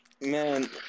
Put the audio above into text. Man